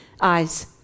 Eyes